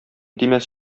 тимәс